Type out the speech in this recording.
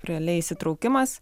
realiai įsitraukimas